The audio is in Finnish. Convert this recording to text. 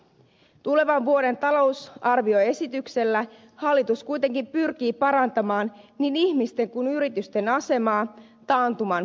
tulevan vuoden talousarvioesityksellä hallitus kuitenkin pyrkii parantamaan niin ihmisten kuin yritystenkin asemaa taantuman kynnyksellä